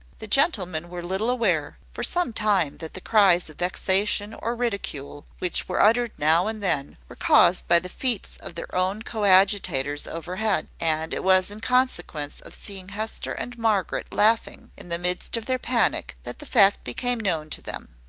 the gentlemen were little aware, for some time, that the cries of vexation or ridicule, which were uttered now and then, were caused by the feats of their own coadjutors overhead and it was in consequence of seeing hester and margaret laughing in the midst of their panic that the fact became known to them.